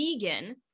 vegan